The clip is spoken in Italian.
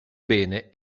bene